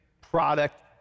product